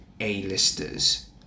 A-listers